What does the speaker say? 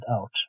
out